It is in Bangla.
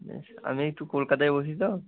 বেশ আমি একটু কলকাতায় বসি তো